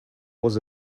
was